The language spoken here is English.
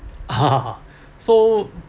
ah so